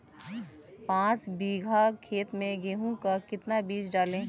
पाँच बीघा खेत में गेहूँ का कितना बीज डालें?